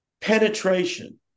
penetration